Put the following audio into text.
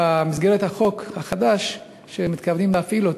במסגרת החוק החדש שמתכוונים להפעיל,